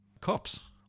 Cops